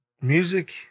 music